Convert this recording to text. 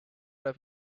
have